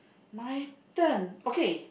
my turn okay